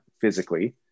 physically